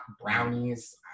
brownies